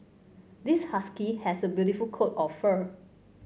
this husky has a beautiful coat of fur